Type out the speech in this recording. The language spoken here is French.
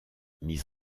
mis